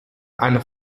eine